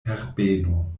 herbeno